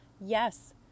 yes